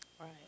Right